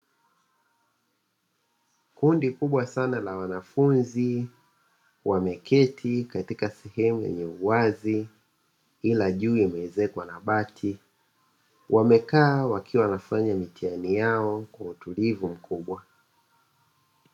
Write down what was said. Kundi kubwa sana na wanafunzi wameketi katika sehemu yenye uwazi ila juu imezekwa na bati. Wamekaa wakiwa wanafanya mitihani yao kwa utulivu mkubwa.